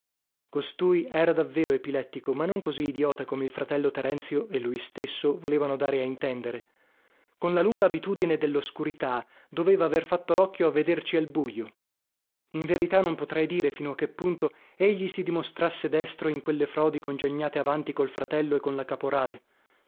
costui era davvero epilettico ma non così idiota come il fratello terenzio e lui stesso volevano dare a intendere con la lunga abitudine delloscurità doveva aver fatto locchio a vederci al bujo in verità non potrei dire fino a che punto egli si dimostrasse destro in quelle frodi congegnate avanti col fratello e con la caporale